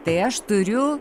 tai aš turiu